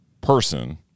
person